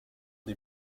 des